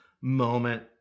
moment